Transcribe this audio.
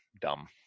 dumb